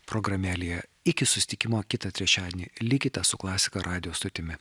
programėlėje iki susitikimo kitą trečiadienį likite su klasika radijo stotimi